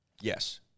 Yes